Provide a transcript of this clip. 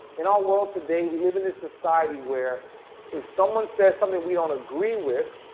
in our world today, we live in a society where if someone says something we don't agree with,